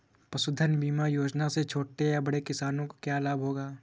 पशुधन बीमा योजना से छोटे या बड़े किसानों को क्या लाभ होगा?